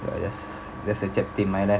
ya that's that's a chapter in my life